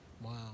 wow